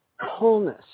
wholeness